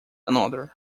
another